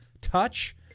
Touch